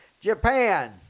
Japan